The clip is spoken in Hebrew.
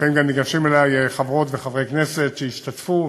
לפעמים גם ניגשים אלי חברות וחברי כנסת שהשתתפו,